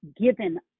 given